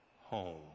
home